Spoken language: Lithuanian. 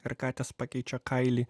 ir katės pakeičia kailį